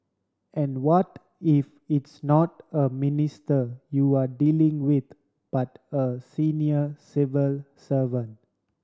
and what if it's not a minister you're dealing with but a senior civil servant